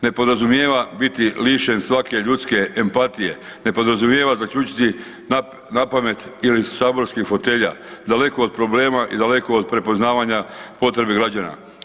Ne podrazumijeva biti lišen svake ljudske empatije, ne podrazumijeva zaključiti napamet ili iz saborskih fotelja daleko od problema i daleko od prepoznavanja potrebe građana.